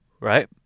right